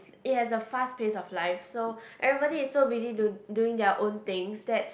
it has a fast pace of life so everybody is so busy to doing their own things that